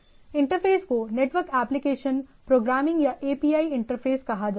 interface को network application programming या API interface कहा जाता है